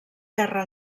terra